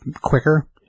quicker